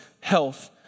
health